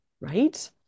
right